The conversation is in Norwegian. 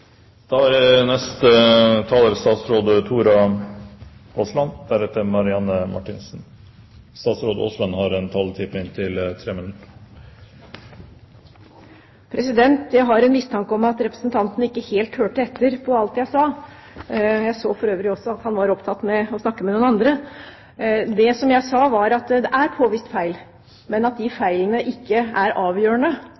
Jeg har en mistanke om at representanten ikke helt hørte etter på alt jeg sa. Jeg så for øvrig også at han var opptatt med å snakke med noen andre. Det jeg sa, var at det er påvist feil, men at